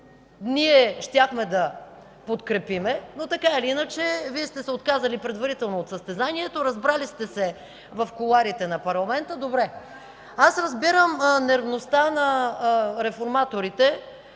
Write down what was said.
ние щяхме да подкрепим, но така или иначе Вие сте се отказали предварително от състезанието, разбрали сте се в кулоарите на парламента. Добре! Аз разбирам нервността на реформаторите.